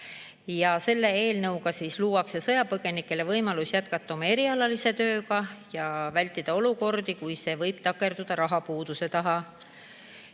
Selle eelnõuga luuakse sõjapõgenikele võimalus jätkata oma erialase tööga ja vältida olukordi, kus see võib takerduda rahapuuduse taha,